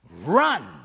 Run